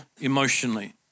emotionally